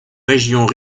régions